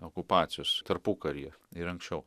okupacijos tarpukaryje ir anksčiau